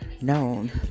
known